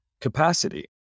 capacity